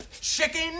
Chicken